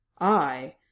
I